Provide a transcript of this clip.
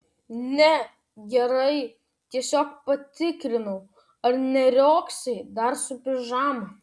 ne gerai tiesiog patikrinau ar neriogsai dar su pižama